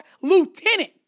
Lieutenant